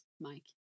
Mike